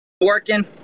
working